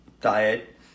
diet